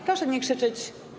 Proszę nie krzyczeć.